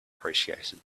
appreciated